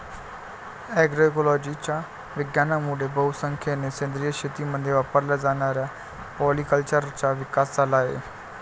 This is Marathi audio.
अग्रोइकोलॉजीच्या विज्ञानामुळे बहुसंख्येने सेंद्रिय शेतीमध्ये वापरल्या जाणाऱ्या पॉलीकल्चरचा विकास झाला आहे